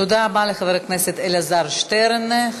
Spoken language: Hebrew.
תודה רבה לחבר הכנסת אלעזר שטרן.